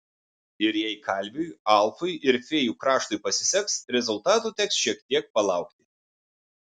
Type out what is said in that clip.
ir jei kalviui alfui ir fėjų kraštui pasiseks rezultatų teks šiek tiek palaukti